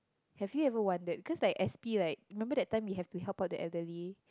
have you ever wondered because like S_P like remember that time you have to help out the elderly